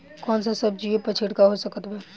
कौन सा सब्जियों पर छिड़काव हो सकत बा?